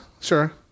sure